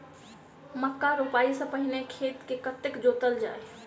मक्का रोपाइ सँ पहिने खेत केँ कतेक जोतल जाए?